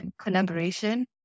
collaboration